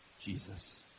Jesus